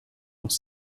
dans